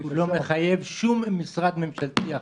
הוא לא מחייב שום משרד ממשלתי.